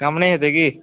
कम नहि हेतै की